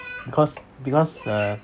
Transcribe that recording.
because because uh